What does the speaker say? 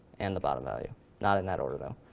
and the bottom value not in that order, though.